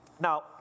Now